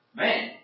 man